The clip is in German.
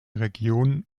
region